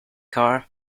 car